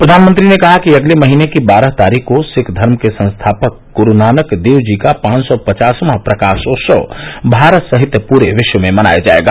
प्रधानमंत्री ने कहा कि अगले महीने की बारह तारीख को सिख धर्म के संस्थापक गुरू नानक देव जी का पांच सौ पचासवां प्रकाशोत्सव भारत सहित पुरे विश्व में मनाया जायेगा